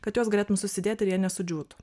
kad juos galėtum susidėt ir jie nesudžiūtų